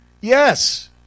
Yes